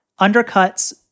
undercuts